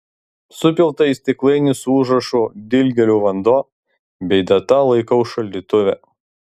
supiltą į stiklainį su užrašu dilgėlių vanduo bei data laikau šaldytuve